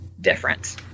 different